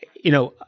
you know,